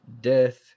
Death